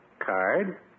card